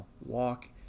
walk